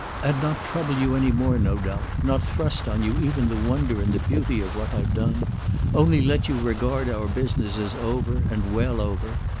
and not trouble you any more, no doubt not thrust on you even the wonder and the beauty of what i've done only let you regard our business as over, and well over,